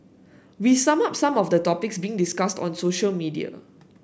we sum up some of the topics being discussed on social media